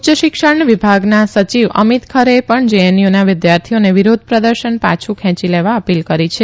ઉચ્ચ શિક્ષણ વિભાગના સચિવ અમિત ખરેએ પણ જેએનયુના વિદ્યાર્થીઓને વિરોધ પ્રદર્શન પાછુ ખેંચી લેવા અપીલ કરી છે